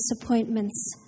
disappointments